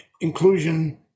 inclusion